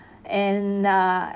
and uh